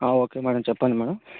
okay madam చెప్పండి madam